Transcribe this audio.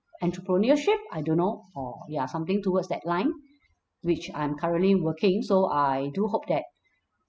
entrepreneurship I don't know or ya something towards that line which I'm currently working so I do hope that